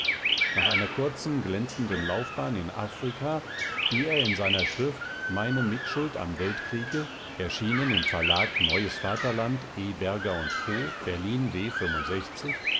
nach einer kurzen glänzenden laufbahn in afrika die er in seiner schrift meine mitschuld am weltkriege erschienen im verlag neues vaterland e berger co berlin